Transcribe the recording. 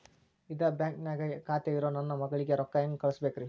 ಇದ ಬ್ಯಾಂಕ್ ನ್ಯಾಗ್ ಖಾತೆ ಇರೋ ನನ್ನ ಮಗಳಿಗೆ ರೊಕ್ಕ ಹೆಂಗ್ ಕಳಸಬೇಕ್ರಿ?